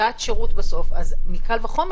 תת שירות בסוף, אז מקל וחומר